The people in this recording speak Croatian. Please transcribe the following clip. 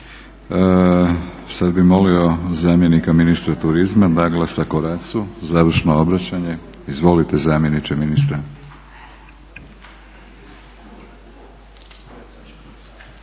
Sad bih molio zamjenika ministra turizma Daglasa Koracu završno obraćanje. Izvolite zamjeniče ministra.